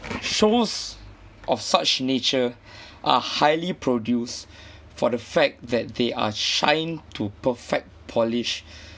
show of such nature are highly produce for the fact that they are shine to perfect polish